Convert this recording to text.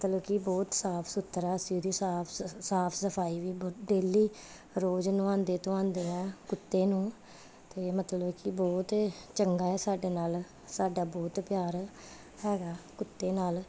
ਮਤਲਬ ਕਿ ਬਹੁਤ ਸਾਫ ਸੁਥਰਾ ਅਸੀਂ ਉਹਦੀ ਸਾਫ ਸ ਸਾਫ ਸਫਾਈ ਵੀ ਡੇਲੀ ਰੋਜ਼ ਨਵਾਂਦੇ ਧਵਾਂਦੇ ਹਾਂ ਕੁੱਤੇ ਨੂੰ ਅਤੇ ਮਤਲਬ ਕਿ ਬਹੁਤ ਚੰਗਾ ਹੈ ਸਾਡੇ ਨਾਲ ਸਾਡਾ ਬਹੁਤ ਪਿਆਰ ਹੈਗਾ ਕੁੱਤੇ ਨਾਲ